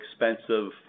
expensive